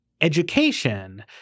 education